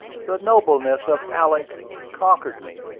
the nobleness of alick conquered me,